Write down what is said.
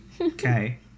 okay